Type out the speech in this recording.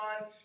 on